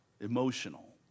emotional